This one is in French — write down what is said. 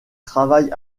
travaille